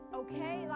okay